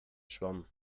schwamm